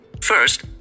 first